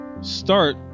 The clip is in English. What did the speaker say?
start